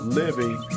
living